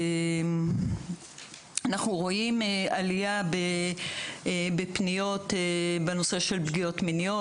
אנחנו רואים עלייה בפניות בנושא של פגיעות מיניות,